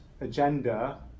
agenda